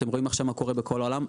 אתם רואים עכשיו מה קורה בכל העולם,